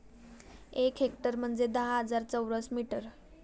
एक हेक्टर म्हणजे दहा हजार चौरस मीटर